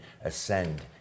ascend